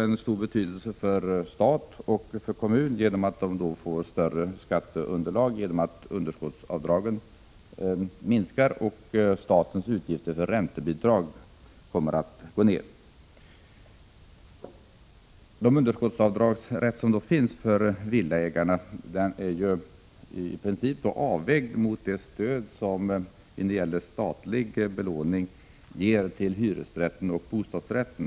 givetvis även betydelse för stat och kommun, som skulle få ett ökat skatteunderlag om underskottsavdragen och statens utgifter för räntebidrag minskade. Villaägarnas rätt till underskottsavdrag är i princip avvägd mot det stöd som via den statliga belåningen ges till hyresrätt och bostadsrätt.